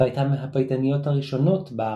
והייתה מהפייטניות הראשונות בארץ.